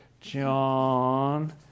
John